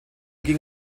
ging